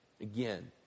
Again